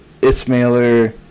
Ismailer